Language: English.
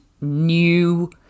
new